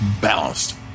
balanced